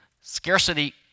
scarcity